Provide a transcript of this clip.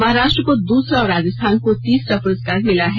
महाराष्ट्र को दूसरा और राजस्थान को तीसरा पुरस्कार मिला है